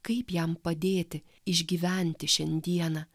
kaip jam padėti išgyventi šiandieną